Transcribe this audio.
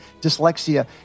dyslexia